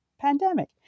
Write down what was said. pandemic